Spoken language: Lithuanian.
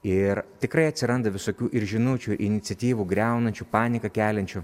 ir tikrai atsiranda visokių ir žinučių iniciatyvų griaunančių paniką keliančių